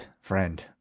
Friend